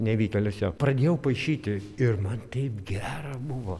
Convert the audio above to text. nevykėlis jo pradėjau paišyti ir man taip gera buvo